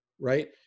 right